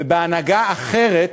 ובהנהגה אחרת